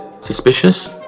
suspicious